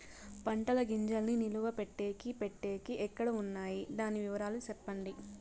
పంటల గింజల్ని నిలువ పెట్టేకి పెట్టేకి ఎక్కడ వున్నాయి? దాని వివరాలు సెప్పండి?